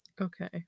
okay